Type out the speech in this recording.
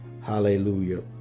hallelujah